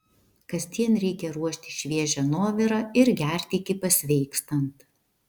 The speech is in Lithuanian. kasdien reikia ruošti šviežią nuovirą ir gerti iki pasveikstant